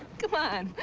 c'mon,